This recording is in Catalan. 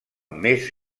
més